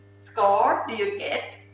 score do you get?